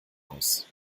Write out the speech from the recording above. aus